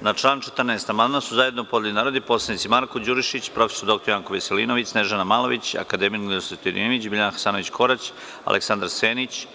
Na član 14. amandman su zajedno podneli narodni poslanici Marko Đurišić, prof. dr Janko Veselinović, Snežana Malović, akademik Ninoslav Stojadinović, Biljana Hasanović Korać, Aleksandar Senić,